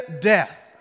death